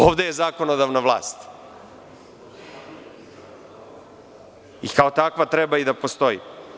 Ovde je zakonodavna vlast i kao takva i treba da postoji.